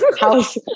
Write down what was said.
house